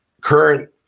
current